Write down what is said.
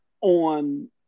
on